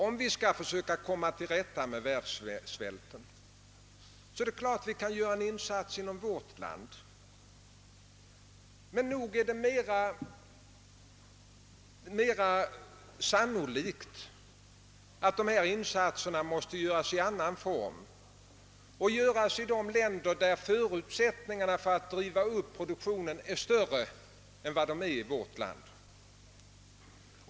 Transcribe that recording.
Om vi skall försöka komma till rätta med världssvälten, är det klart att vi kan göra en insats inom vårt land, men nog är det mera sannolikt att insatserna måste göras i annan form och sättas in i de länder där förutsättningarna för att driva upp produktionen är större än hos oss.